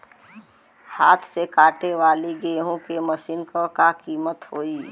हाथ से कांटेवाली गेहूँ के मशीन क का कीमत होई?